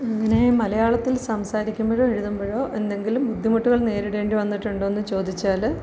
ഇങ്ങനെ മലയാളത്തിൽ സംസാരിക്കുമ്പോഴോ എഴുതുമ്പോഴോ എന്തെങ്കിലും ബുദ്ധിമുട്ടുകൾ നേരിടേണ്ടി വന്നിട്ടുണ്ടോന്ന് ചോദിച്ചാൽ